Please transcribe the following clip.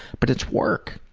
but it's work.